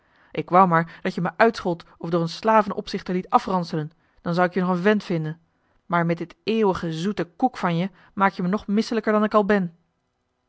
ik wou maar dat je me uitschold of door een slaven opzichter liet afranselen dan zou ik je nog een vent vinden maar met die eeuwige zoete koek van je maak je me nog misselijker dan ik al ben